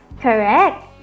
Correct